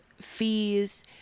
fees